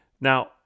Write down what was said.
Now